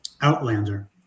Outlander